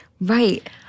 right